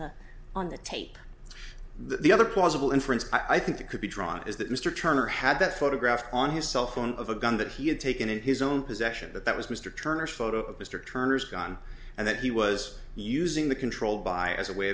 the on the tape the other plausible inference i think that could be drawn is that mr turner had that photograph on his cell phone of a gun that he had taken in his own possession that that was mr turner photo of mr turner's gun and that he was using the controlled by as a way